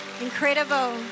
Incredible